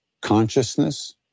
consciousness